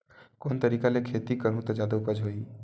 कोन तरीका ले खेती करहु त जादा उपज होही?